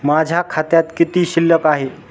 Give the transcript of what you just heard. माझ्या खात्यात किती शिल्लक आहे?